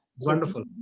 Wonderful